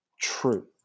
true